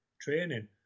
training